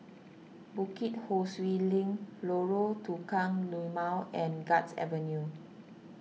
Bukit Ho Swee Link Lorong Tukang Lima and Guards Avenue